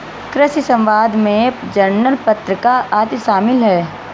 कृषि समवाद में जर्नल पत्रिका आदि शामिल हैं